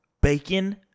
bacon